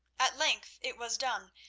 at length it was done,